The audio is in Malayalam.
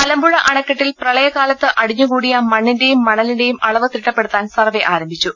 മലമ്പുഴ അണക്കെട്ടിൽ പ്രളയകാലത്ത് അടിഞ്ഞു കൂടിയ മണ്ണിന്റെയും മണലിന്റെയും അളവ് തിട്ടപ്പെടുത്താൻ സർവ്വേ ആരംഭിച്ചു